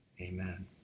amen